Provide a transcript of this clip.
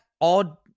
odd